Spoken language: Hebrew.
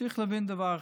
צריך להבין דבר אחד: